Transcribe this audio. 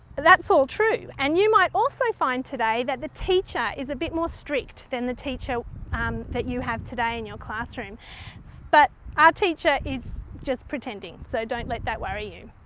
that's all true and you might also find today that the teacher is a bit more strict than the teacher um that you have today in your classroom but our teacher is just pretending so don't let that worry you.